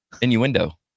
innuendo